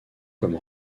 comme